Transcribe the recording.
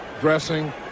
dressing